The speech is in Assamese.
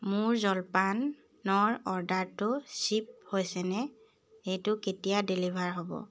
মোৰ জলপানৰ অৰ্ডাৰটো শ্বিপ হৈছেনে সেইটো কেতিয়া ডেলিভাৰ হ'ব